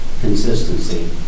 consistency